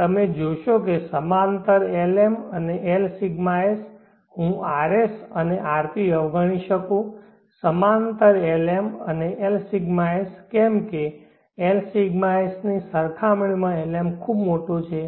તમે જોશો કે સમાંતર Lm અને Lσs હું rs અને rp અવગણી શકું સમાંતર Lm અને Lσs કેમ કે Lσs ની સરખામણીમાં Lm ખૂબ મોટો છે